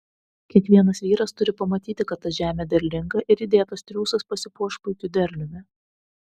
kiekvienas vyras turi pamatyti kad ta žemė derlinga ir įdėtas triūsas pasipuoš puikiu derliumi